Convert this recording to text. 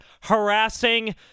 harassing